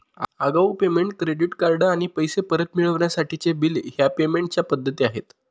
आगाऊ payment, credit card आणि पैसे परत मिळवण्यासाठीचे बिल ह्या पेमेंट च्या पद्धती आहे